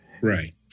Right